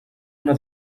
una